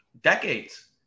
decades